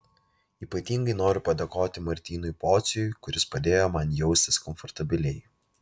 ypatingai noriu padėkoti martynui pociui kuris padėjo man jaustis komfortabiliai